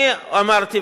אני אמרתי,